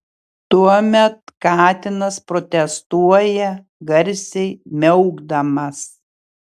tuomet katinas protestuoja garsiai miaukdamas